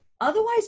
otherwise